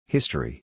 History